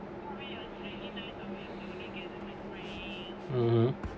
(uh huh)